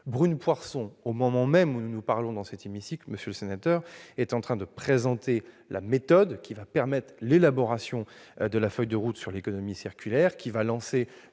dernier. Au moment même où nous nous parlons dans cet hémicycle, monsieur le sénateur, Brune Poirson est en train de présenter la méthode qui permettra l'élaboration de la feuille de route sur l'économie circulaire, afin de lancer